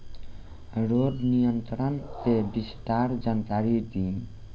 रोग नियंत्रण के विस्तार जानकारी दी?